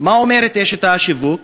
מה אומרת אשת השיווק?